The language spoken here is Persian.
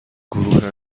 گروه